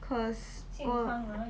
cause 我~